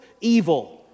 evil